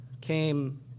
came